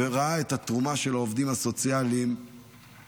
והוא ראה את התרומה של העובדים הסוציאליים בחוש.